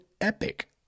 epic